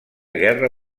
guerra